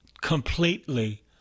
completely